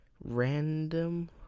random